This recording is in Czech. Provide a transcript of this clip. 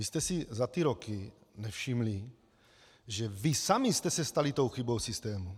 Vy jste si za ty roky nevšimli, že vy sami jste se stali tou chybou systému.